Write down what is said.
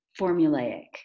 formulaic